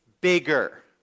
bigger